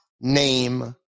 name